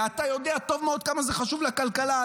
ואתה יודע טוב מאוד כמה זה חשוב לכלכלה,